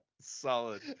Solid